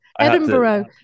Edinburgh